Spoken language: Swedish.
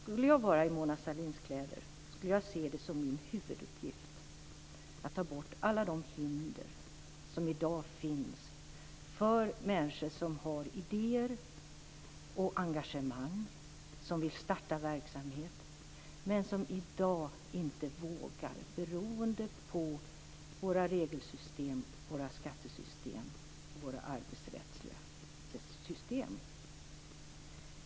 Om jag vore i Mona Sahlins kläder skulle jag se det som min huvuduppgift att ta bort alla de hinder som i dag finns för människor som har idéer och engagemang, som vill starta verksamhet men som i dag inte vågar, beroende på våra regelsystem, våra skattesystem, våra arbetsrättsliga system.